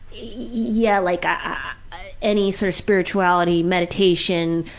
yeah, like ah ah any sort of spirituality, meditation,